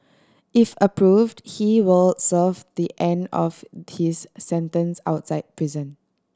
if approved he were serve the end of his sentence outside prison